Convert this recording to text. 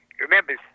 Remember